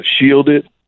shielded